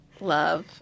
love